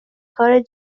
کاری